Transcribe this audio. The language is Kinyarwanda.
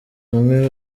umwe